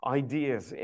ideas